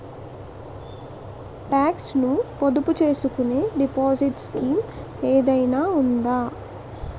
Talks ను పొదుపు చేసుకునే డిపాజిట్ స్కీం ఏదైనా ఉందా?